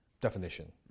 definition